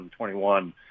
2021